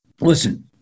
listen